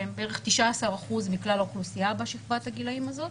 שהם בערך 19 אחוזים מכלל האוכלוסייה בשכבת הגילים הזאת.